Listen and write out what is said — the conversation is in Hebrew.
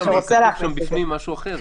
כתוב שם בפנים משהו אחר.